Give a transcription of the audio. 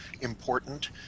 important